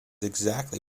exactly